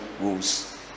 rules